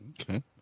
Okay